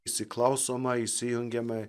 įsiklausoma įsijungiama